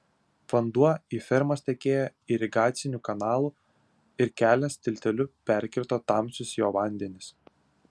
vanduo į fermas tekėjo irigaciniu kanalu ir kelias tilteliu perkirto tamsius jo vandenis